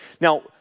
Now